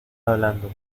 hablando